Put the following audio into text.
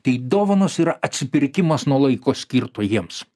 tai dovanos yra atsipirkimas nuo laiko skirto jiems